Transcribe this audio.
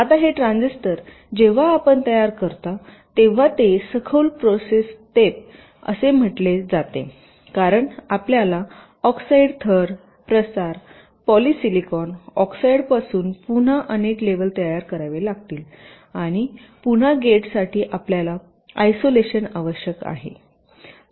आता हे ट्रांझिस्टर जेव्हा आपण तयार करता तेव्हा हे सखोल प्रोसेस स्टेप असे म्हटले जाते कारण आपल्याला ऑक्साइड थर प्रसार पॉलिसिलिकॉन ऑक्साईडपासून पुन्हा अनेक लेवल तयार करावे लागतील आणि पुन्हा गेटसाठी आपल्याला आयसोलेशन आवश्यक आहे